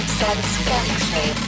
satisfaction